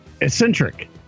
Eccentric